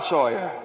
Sawyer